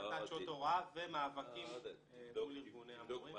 הפחתת שעות הוראה ומאבקים --- תבדוק מה